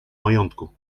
majątku